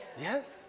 yes